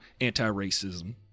anti-racism